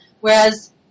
Whereas